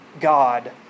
God